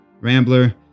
rambler